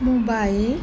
mobile